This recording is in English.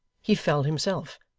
he fell himself,